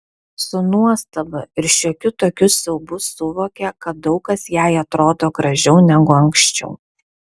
su nuostaba ir šiokiu tokiu siaubu suvokė kad daug kas jai atrodo gražiau negu anksčiau